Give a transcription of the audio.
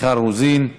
מיכל רוזין,